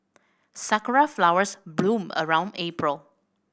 sakura flowers bloom around April